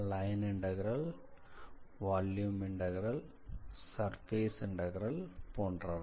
line integral volume integral surface integral போன்றவை